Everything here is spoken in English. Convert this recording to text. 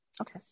Okay